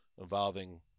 involving